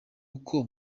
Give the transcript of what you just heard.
uko